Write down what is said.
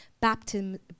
baptism